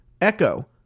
Echo